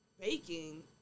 baking